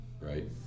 right